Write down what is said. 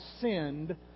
sinned